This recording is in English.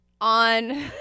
on